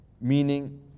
meaning